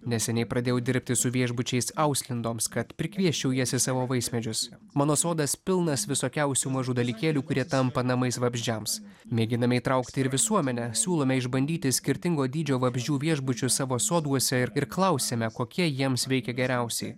neseniai pradėjau dirbti su viešbučiais auslindoms kad prikviesčiau jas į savo vaismedžius mano sodas pilnas visokiausių mažų dalykėlių kurie tampa namais vabzdžiams mėginame įtraukti ir visuomenę siūlome išbandyti skirtingo dydžio vabzdžių viešbučius savo soduose ir ir klausiame kokie jiems veikia geriausiai